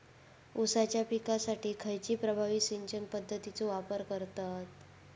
ऊसाच्या पिकासाठी खैयची प्रभावी सिंचन पद्धताचो वापर करतत?